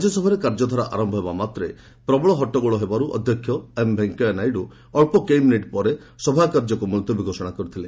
ରାଜ୍ୟସଭାରେ କାର୍ଯ୍ୟଧାରା ଆରମ୍ଭ ହେବାମାତ୍ରକେ ପ୍ରବଳ ହଟ୍ଟଗୋଳ ହେବାରୁ ଅଧ୍ୟକ୍ଷ ଏମ୍ ଭେଙ୍କୟାନାଇଡୁ ଅନ୍ସ କେଇମିନିଟ୍ ପରେ ସଭାକାର୍ଯ୍ୟକୁ ମୁଲତବୀ ଘୋଷଣା କରିଥିଲେ